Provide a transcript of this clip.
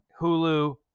Hulu